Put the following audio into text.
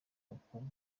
uko